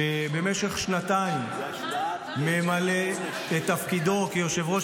שבמשך שנתיים ממלא את תפקידו כיושב-ראש